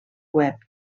web